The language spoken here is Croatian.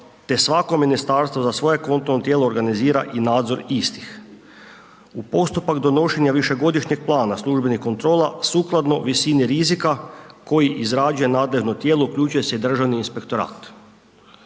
te svako ministarstvo, za svoje konto tijelo organizira i nadzor istih. U postupak donošenja višegodišnjeg plana službenih kontrola, sukladno visini rizika, koji izrađuje nadležno tijelo uključuje se Državni inspektorat.